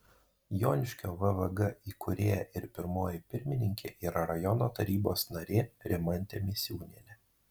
joniškio vvg įkūrėja ir pirmoji pirmininkė yra rajono tarybos narė rimantė misiūnienė